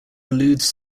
alludes